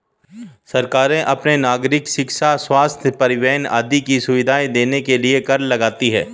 सरकारें अपने नागरिको शिक्षा, स्वस्थ्य, परिवहन आदि की सुविधाएं देने के लिए कर लगाती हैं